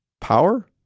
Power